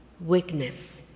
weakness